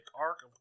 arc